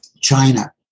China